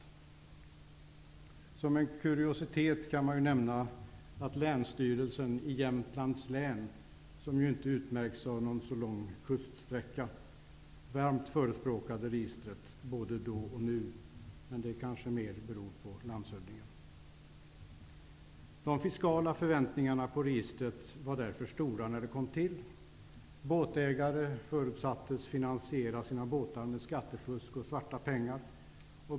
Som en kuriositet kan nämnas att länsstyrelsen i Jämtlands län, vilket ju inte utmärks av någon särskilt lång kuststräcka, varmt förespråkade registret då, och gör det även nu. Men det beror kanske snarare på landshövdingen. De fiskala förväntningarna på registret var därför stora när detta kom till. Båtägare förutsattes finansiera sina båtar genom skattefusk och svarta pengar.